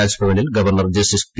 രാജ്ഭവനിൽ governor justice P